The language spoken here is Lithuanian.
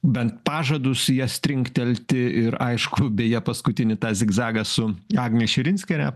bent pažadus jas trinktelti ir aišku beje paskutinį tą zigzagą su agne širinskiene